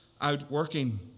outworking